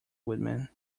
woodman